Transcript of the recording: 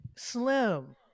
slim